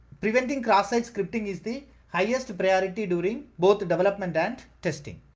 preventing cross-site scripting is the highest priority during both the development and testing.